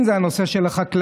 אם זה הנושא של החקלאים,